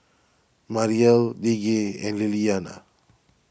Mariel Lige and Liliana